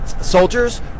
soldiers